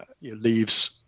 leaves